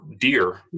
deer